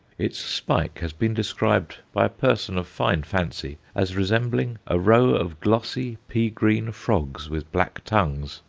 its spike has been described by a person of fine fancy as resembling a row of glossy pea-green frogs with black tongues,